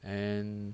and